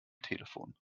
telefon